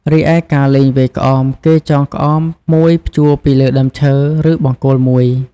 រីឯការលេងវាយក្អមគេចងក្អមមួយព្យួរពីលើដើមឈើ ឬបង្គោលមួយ ។